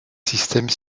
système